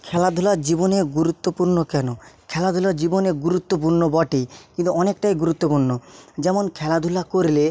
খেলাধুলার জীবনের গুরুত্বপূর্ণ কেন খেলাধুলার জীবনে গুরুত্বপূর্ণ বটে কিন্তু অনেকটাই গুরুত্বপূর্ণ যেমন খেলাধুলা করলে